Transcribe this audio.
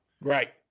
Right